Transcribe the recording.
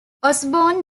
osborn